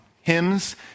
hymns